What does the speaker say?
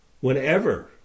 Whenever